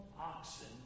oxen